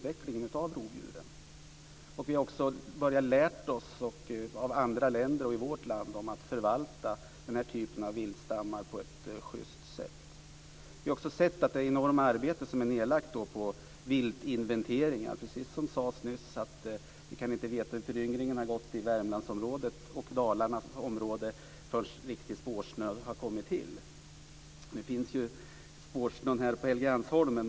Vi har lärt oss av andra länder, och i vårt eget land, att förvalta den typen av vildstammar på ett schyst sätt. Vi har också sett det enorma arbetet på viltinventeringar. Vi kan inte veta hur föryngringen har gått i Värmland och Dalarna förrän det finns riktig spårsnö. Nu finns det spårsnö på Helgeandsholmen.